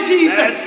Jesus